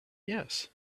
yes